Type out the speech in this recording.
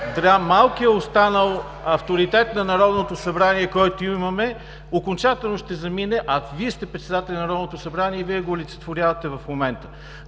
малкият останал авторитет на Народното събрание, който имаме, окончателно ще замине. Вие сте председателят на Народното събрание и Вие го олицетворявате в момента.